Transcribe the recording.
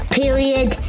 period